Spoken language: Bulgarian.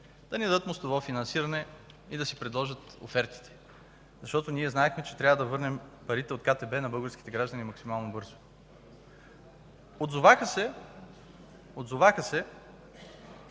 да ни дадат мостово финансиране и да си предложат офертите, защото знаехме, че трябва да върнем парите от КТБ на българските граждани максимално бързо. Отзоваха се